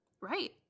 Right